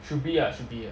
should be ah should be